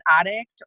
addict